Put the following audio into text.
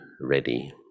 ready